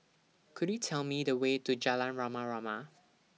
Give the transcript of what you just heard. Could YOU Tell Me The Way to Jalan Rama Rama